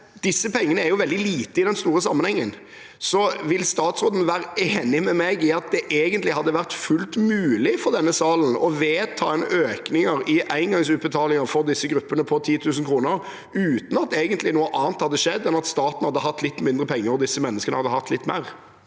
Disse pengene utgjør veldig lite i den store sammenhengen, så vil statsråden være enig med meg i at det egentlig hadde vært fullt mulig for denne sal å vedta en økning og en engangsutbetaling på 10 000 kr til disse gruppene, uten at det egentlig hadde skjedd noe annet enn at staten hadde hatt litt mindre penger, og disse menneskene hadde hatt litt mer?